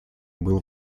был